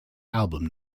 album